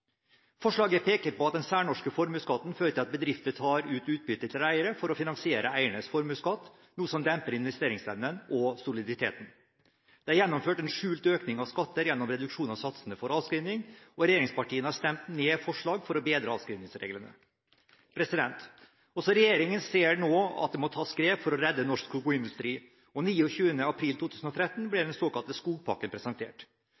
Forslaget peker på at den særnorske formuesskatten fører til at bedrifter tar ut utbytte til eierne for å finansiere eiernes formuesskatt, noe som demper investeringsevnen og soliditeten. Det er gjennomført en skjult økning av skatter gjennom reduksjon av satsene for avskrivning, og regjeringspartiene har stemt ned forslag for å bedre avskrivningsreglene. Også regjeringen ser nå at det må tas grep for å redde norsk skogindustri. 29. april 2013 ble den såkalte skogpakken presentert.